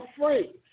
afraid